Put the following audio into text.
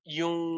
yung